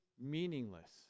meaningless